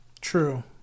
true